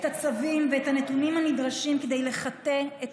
תוציאו את הצווים ואת הנתונים הנדרשים כדי לחטא את